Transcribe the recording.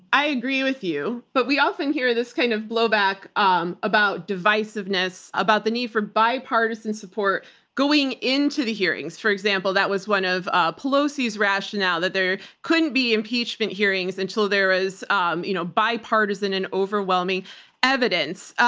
i agree with you, but we often hear this kind of blowback um about divisiveness, about the need for bipartisan support going into the hearings. for example, that was one of ah pelosi's rationales, that there couldn't be impeachment hearings until there is um you know bipartisan and overwhelming evidence.